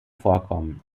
vorkommen